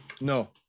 No